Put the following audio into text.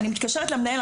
אני מתקשרת למנהל,